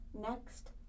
next